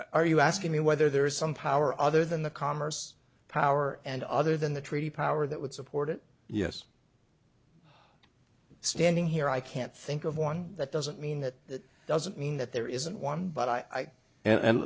own are you asking me whether there is some power other than the commerce power and other than the treaty power that would support it yes standing here i can't think of one that doesn't mean that that doesn't mean that there isn't one but i and